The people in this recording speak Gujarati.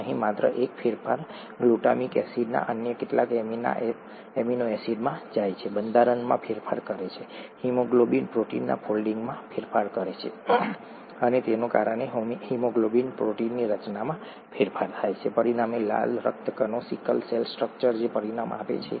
અહીં માત્ર એક ફેરફાર ગ્લુટામિક એસિડ અન્ય કેટલાક એમિનો એસિડમાં જાય છે બંધારણમાં ફેરફાર કરે છે હિમોગ્લોબિન પ્રોટીનના ફોલ્ડિંગમાં ફેરફાર કરે છે અને તેના કારણે હિમોગ્લોબિન પ્રોટીનની રચનામાં ફેરફાર થાય છે પરિણામે લાલ રક્તકણોની સિકલ સેલ સ્ટ્રક્ચર જે પરિણામ આપે છે